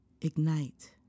ignite